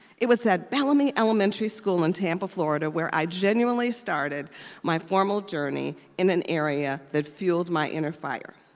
it was at bellamy elementary school in tampa, florida where i genuinely started my formal journey in an area that fueled my inner fire.